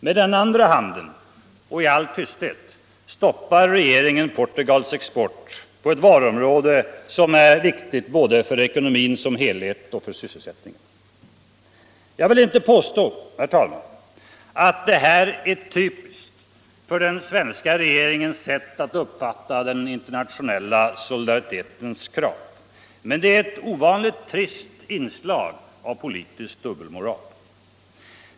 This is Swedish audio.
Med andra handen, och i all tysthet, stoppar regeringen Portugals export på ett varuområde som är viktigt både för ekonomin som helhet och för sysselsättningen. Jag vill inte påstå att det här är typiskt för den svenska regeringens sätt att uppfatta den internationella solidaritetens krav, men det är ett ovanligt trist inslag av politisk dubbelmoral.